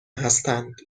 هستند